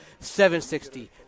760